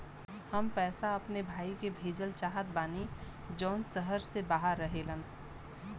हम पैसा अपने भाई के भेजल चाहत बानी जौन शहर से बाहर रहेलन